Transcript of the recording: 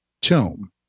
tomb